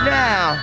now